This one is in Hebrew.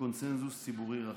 בקונסנזוס ציבורי רחב.